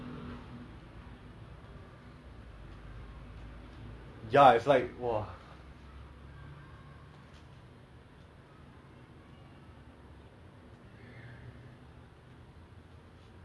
ya that's err that's actually I mean I think singapore is a very good country lah seriously like okay people might people call it a fine city like so many fines whatsoever but if you think properly about it it's just all the fines are put there